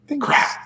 Crap